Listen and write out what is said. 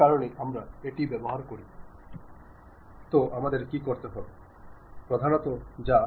communication ഒരു Latin പദമാണ് ഈ വാക്കിന്റെ അർത്ഥം ആശയവിനിമയം നടത്തുക എന്നാണ്